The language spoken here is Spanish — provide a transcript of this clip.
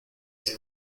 que